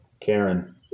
Karen